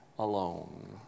Alone